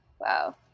Wow